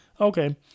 Okay